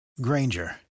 Granger